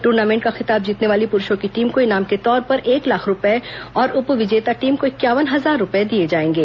tournament का खिताब जीतने वाली पुरुषों की टीम को इनाम के तौर पर एक लाख रुपए और उपविजेता टीम को इंक्यावन हजार रुपए दिए जाएंगे